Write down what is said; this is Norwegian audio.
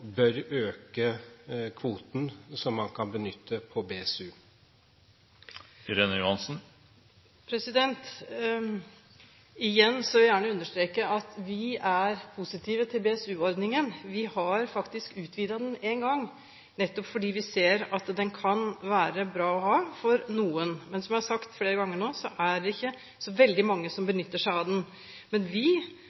bør øke kvoten som man kan benytte på BSU? Igjen vil jeg gjerne understreke at vi er positive til BSU-ordningen. Vi har faktisk utvidet den en gang, nettopp fordi vi ser at den kan være bra å ha for noen. Men som jeg har sagt flere ganger nå, er det ikke så veldig mange som